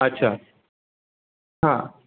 अच्छा हां